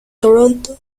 toronto